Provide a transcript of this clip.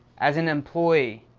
as an employee,